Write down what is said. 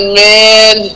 man